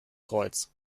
kreuz